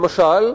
למשל,